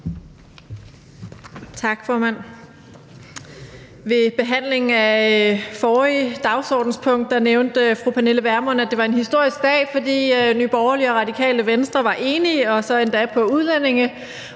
Ved behandlingen af forrige dagsordenspunkt nævnte fru Pernille Vermund, at det var en historisk dag, fordi Nye Borgerlige og Radikale Venstre var enige og så endda om noget